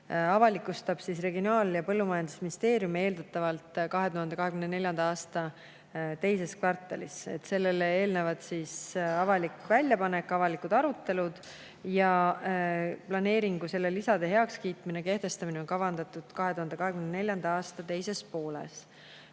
avalikustab Regionaal‑ ja Põllumajandusministeerium eeldatavalt 2024. aasta teises kvartalis. Sellele eelnevad avalik väljapanek ja avalikud arutelud. Planeeringu ja selle lisade heakskiitmine ja kehtestamine on kavandatud 2024. aasta teise poolde.